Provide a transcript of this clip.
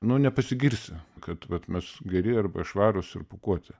nu nepasigirsi kad vat mes geri arba švarūs ir pūkuoti